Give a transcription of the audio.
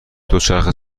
دوچرخه